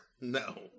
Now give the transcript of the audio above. no